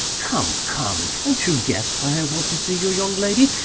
come! come! can't you guess why i want to see your young lady,